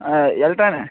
ஆ எலக்ட்ரான்னு